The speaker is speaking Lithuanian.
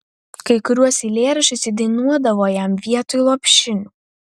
kai kuriuos eilėraščius ji dainuodavo jam vietoj lopšinių